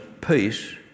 peace